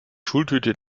schultüte